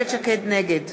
נגד